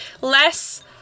less